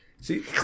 See